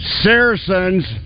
Saracens